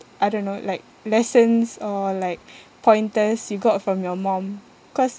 I don't know like lessons or like pointers you got from your mum cause